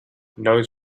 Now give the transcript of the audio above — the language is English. knows